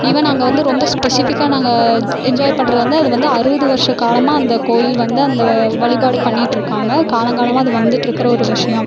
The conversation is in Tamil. ஈவென் அங்கே வந்து ரொம்ப ஸ்பெஷிபிக்காக நாங்கள் என்ஜாய் பண்ணுறது வந்து அது வந்து அறுபது வருட காலமாக அந்த கோயில் வந்து அந்த வழிபாடு பண்ணிகிட்ருக்காங்க காலங்காலமாக அது வந்துகிட்ருக்குற ஒரு விஷியம்